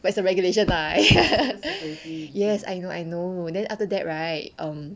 but is a regulation lah yes I know I know then after that right um